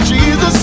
Jesus